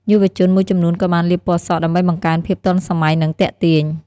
យុវជនមួយចំនួនក៏បាន លាបពណ៌សក់ ដើម្បីបង្កើនភាពទាន់សម័យនិងទាក់ទាញ។